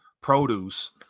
produce